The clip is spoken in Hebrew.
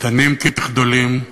קטנים כגדולים: